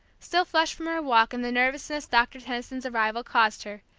still flushed from her walk and the nervousness doctor tenison's arrival caused her,